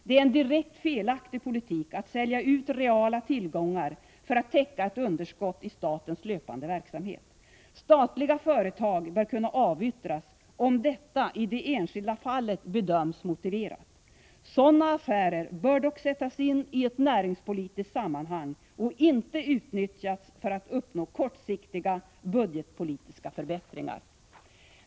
Det är en direkt felaktig politik att sälja ut reala tillgångar för att täcka ett underskott i statens löpande verksamhet. Statliga företag bör kunna avyttras, om detta i det enskilda fallet bedöms motiverat. Sådana affärer bör dock sättas in i ett näringspolitiskt sammanhang och inte utnyttjas för att uppnå kortsiktiga budgetpolitiska förbättringar.